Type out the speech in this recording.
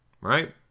Right